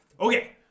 Okay